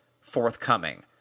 forthcoming